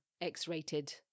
X-rated